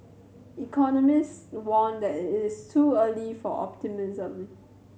Economists warned that it is too early for optimism